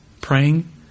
praying